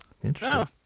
Interesting